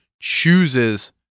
chooses